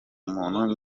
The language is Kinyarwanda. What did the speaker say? umuntu